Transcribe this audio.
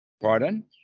Pardon